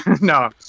no